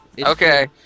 okay